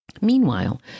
Meanwhile